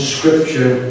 Scripture